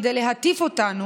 אלה שרצו לתמוך בו,